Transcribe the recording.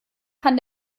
kann